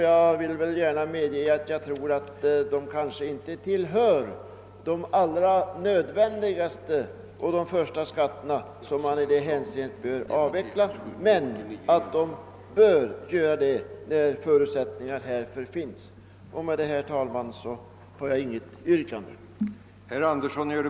Jag medger gärna att skatter av det här slaget bör avvecklas och att en avveckling bör ske när förutsättningarna härför finns. Herr talman! Jag har inget yrkande.